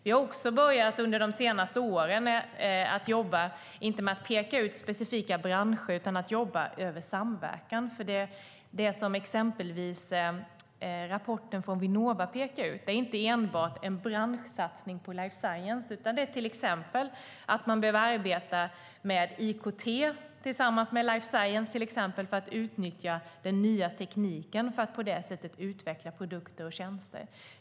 Vi har under de senaste åren börjat jobba genom samverkan i stället för att peka ut specifika branscher. Det som exempelvis rapporten från Vinnova pekar ut är inte enbart en branschsatsning på life science utan till exempel att man behöver arbeta med IKT tillsammans med life science för att utnyttja den nya tekniken och på det sättet utveckla produkter och tjänster.